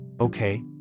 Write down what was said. okay